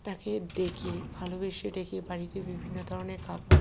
তাকে ডেকে ভালোবেসে ডেকে বাড়িতে বিভিন্ন ধরনের খাবার